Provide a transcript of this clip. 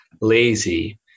lazy